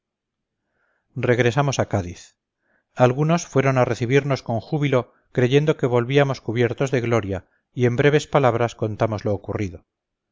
regresamos a cádiz algunos fueron a recibirnos con júbilo creyendo que volvíamos cubiertos de gloria y en breves palabras contamos lo ocurrido